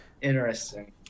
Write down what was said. interesting